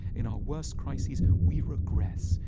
in our worst crisis we regress,